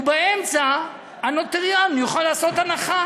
ובאמצע הנוטריון יוכל לעשות הנחה.